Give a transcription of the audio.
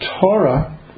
Torah